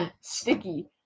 Sticky